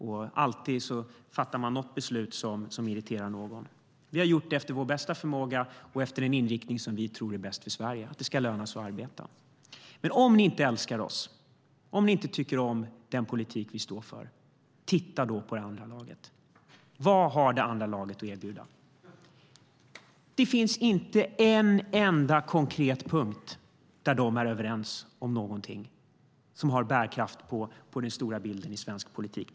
Man fattar alltid något beslut som irriterar någon. Vi har gjort detta efter vår bästa förmåga och efter den inriktning som vi tror är bäst för Sverige, nämligen att det ska löna sig att arbeta. Om ni inte älskar oss och om ni inte tycker om den politik som vi står för, titta då på det andra laget. Vad har det andra laget att erbjuda? Det finns inte en enda konkret punkt där de är överens om någonting som har bärkraft på den stora bilden i svensk politik.